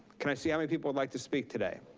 can i see how many people would like to speak today?